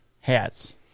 hats